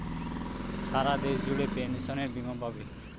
সারা দেশ জুড়ে পেনসনের বীমা পাবে